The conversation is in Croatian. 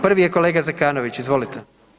Prvi je kolega Zekanović, izvolite.